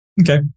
Okay